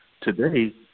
Today